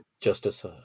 justice